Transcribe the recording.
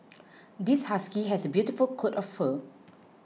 this husky has a beautiful coat of fur